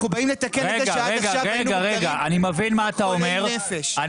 אנחנו באים לתקן את זה שעכשיו היינו מוגדרים חולי נפש.